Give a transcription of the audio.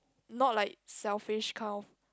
not like selfish kind of